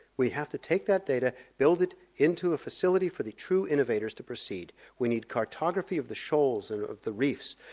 we have to take that data, build it into a facility for the true innovators to proceed. we need cartography of the shoals and of the reefs.